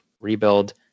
rebuild